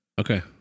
Okay